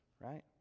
right